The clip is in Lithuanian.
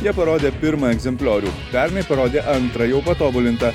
jie parodė pirmą egzempliorių pernai parodė antrą jau patobulintą